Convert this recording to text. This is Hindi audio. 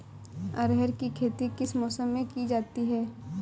अरहर की खेती किस मौसम में की जाती है?